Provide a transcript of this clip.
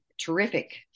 terrific